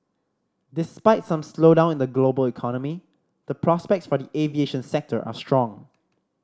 despite some slowdown in the global economy the prospects for the aviation sector are strong